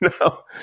no